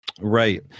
Right